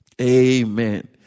Amen